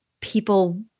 people